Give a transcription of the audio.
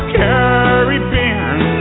caribbean